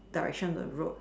direction the road